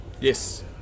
Yes